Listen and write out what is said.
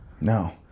No